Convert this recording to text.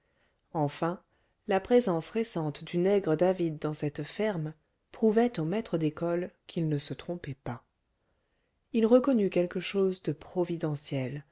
enfin la présence récente du nègre david dans cette ferme prouvait au maître d'école qu'il ne se trompait pas il reconnut quelque chose de providentiel